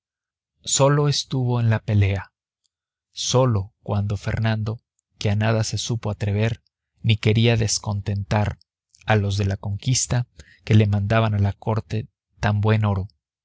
solo estuvo en la pelea solo cuando fernando que a nada se supo atrever ni quería descontentar a los de la conquista que le mandaban a la corte tan buen oro